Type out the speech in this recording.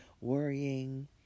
worrying